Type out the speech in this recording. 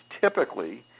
Typically